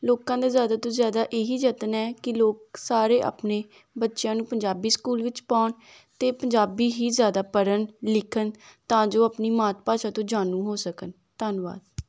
ਲੋਕਾਂ ਦਾ ਜ਼ਿਆਦਾ ਤੋਂ ਜ਼ਿਆਦਾ ਇਹੀ ਯਤਨ ਹੈ ਕਿ ਲੋਕ ਸਾਰੇ ਆਪਣੇ ਬੱਚਿਆਂ ਨੂੰ ਪੰਜਾਬੀ ਸਕੂਲ ਵਿੱਚ ਪਾਉਣ ਅਤੇ ਪੰਜਾਬੀ ਹੀ ਜ਼ਿਆਦਾ ਪੜ੍ਹਨ ਲਿਖਣ ਤਾਂ ਜੋ ਆਪਣੀ ਮਾਤ ਭਾਸ਼ਾ ਤੋਂ ਜਾਣੂ ਹੋ ਸਕਣ ਧੰਨਵਾਦ